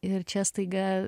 ir čia staiga